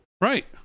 Right